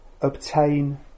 obtain